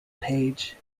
page